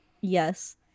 yes